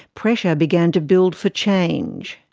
pressure began to build for change